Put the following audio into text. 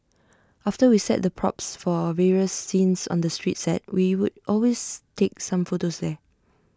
after we set the props for various scenes on the street set we would always take some photos there